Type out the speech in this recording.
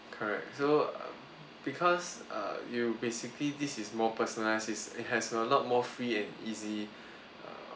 correct so uh because err you basically this is more personalised it's it has a lot more free and easy uh